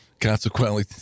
Consequently